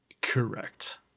Correct